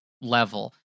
level